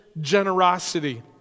generosity